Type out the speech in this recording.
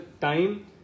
time